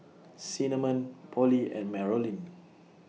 Cinnamon Pollie and Marolyn